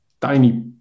tiny